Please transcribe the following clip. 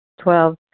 Twelve